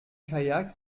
kajak